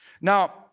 Now